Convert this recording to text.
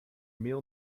meal